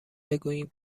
بگوییم